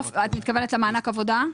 את מתכוונת למענק העבודה?